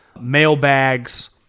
mailbags